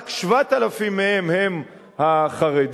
רק 7,000 מהם הם החרדים.